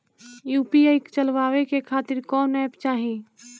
UPI चलवाए के खातिर कौन एप चाहीं?